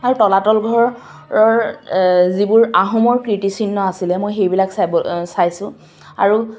আৰু তলাতল ঘৰৰ যিবোৰ আহোমৰ কীৰ্তিচিহ্ন আছিলে মই সেইবিলাক চাইছোঁ আৰু